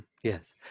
Yes